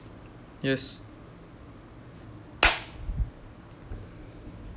yes